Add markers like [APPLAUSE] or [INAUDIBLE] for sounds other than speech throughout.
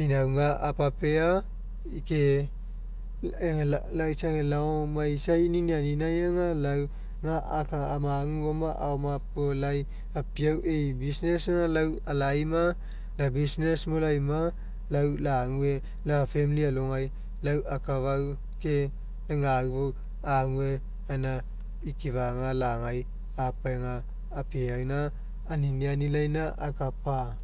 A apapea ke ega lai isa laoamaisai ninianinai aga lau ga aka amaguoma aoma puo lai papiau e'i business aga lau alaima lau eu business ml laina lau lague. Lau famili alogai lau akafau ke lau gau fou ague gaina ikifaga lagai apaega apeaina aninianilaina akapa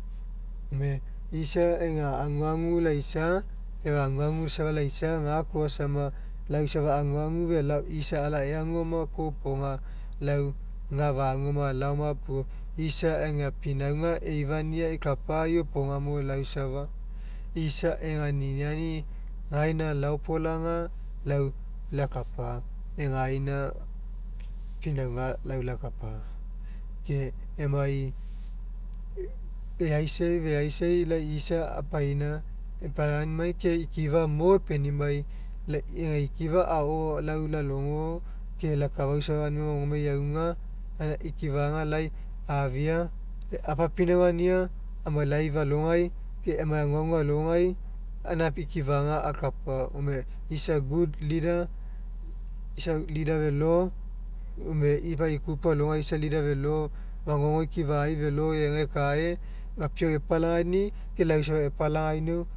gone isa ega aguagu laisa ega aguagu safa laisa gakoa sama lai safa aguagu felao isa ala eaguoma koa iopoga lau gafuoma laoma puo isa ega niniani gaina laopolaga lau lakapa egaina pinauga lau lakapa. Ke emai [UNINTELLIGIBLE] lai isa apaina epalagainimai ke ikifa mo epenimai lau ega ikifa ao lau lalogo ke lau akafau safa lai magogomai eauga gaina ikifa lai afia apapinaugania emai life alogai ke emai aguagu alogai gaina ikifaga akapa gone isa good leader isa leader felo magogo ikifai felo egai ekae papiau epalagaini'i ke lau safa epelagainiau